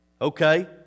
Okay